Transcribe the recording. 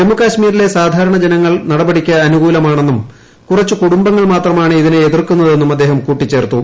ജമ്മു കശ്മീരിലെ സാധാരണ ജനങ്ങൾ നടപടിക്ക് അനുകൂലമാണെന്നും കുറച്ചു കുടുംബങ്ങൾ മാത്രമാണ് ഇതിനെ എതിർക്കുന്നതെന്നുംക്ട അദ്ദേഹം കൂട്ടിച്ചേർത്തു